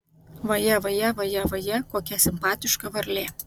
vajė vajė vajė vajė kokia simpatiška varlė